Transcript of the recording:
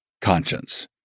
conscience